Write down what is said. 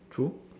true